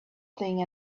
thing